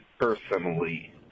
personally